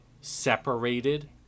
separated